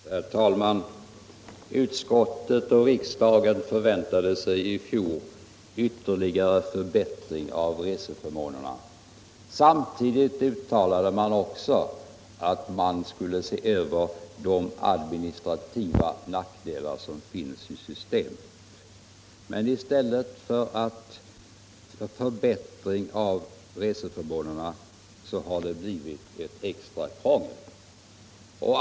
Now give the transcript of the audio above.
Herr talman! Utskottet och riksdagen förväntade sig i fjol ytterligare förbättring av reseförmånerna. Samtidigt uttalade man också att man skulle se över de administrativa nackdelar som finns i systemet. Men i stället för förbättring av reseförmånerna har det blivit ett extra krångel.